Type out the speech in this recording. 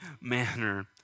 manner